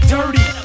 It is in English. Dirty